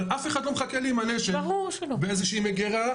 אבל אף אחד לא מחכה לי עם הנשק באיזושהי מגירה.